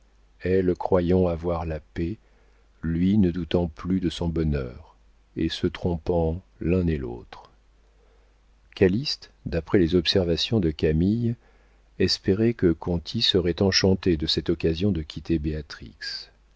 elle croyant avoir la paix lui ne doutant plus de son bonheur et se trompant l'un et l'autre calyste d'après les observations de camille espérait que conti serait enchanté de cette occasion de quitter